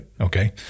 Okay